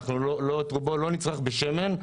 את רובו לא נצרך בשמן,